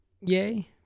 Yay